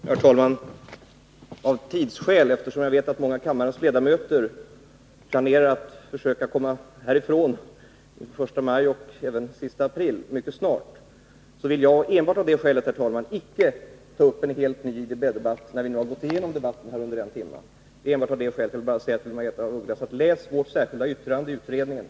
Herr talman! Av tidsskäl, och enbart av det skälet — jag vet att många av kammarens ledamöter planerar att mycket snart försöka komma härifrån inför sista april och första maj — vill jag icke ta upp en helt ny IDB-debatt när vi nu har fört den debatten under en timme. Jag vill till Margaretha af Ugglas bara säga: Läs vårt särskilda yttrande i utredningen!